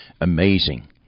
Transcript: Amazing